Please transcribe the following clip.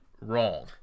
wrong